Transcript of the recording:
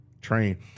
Train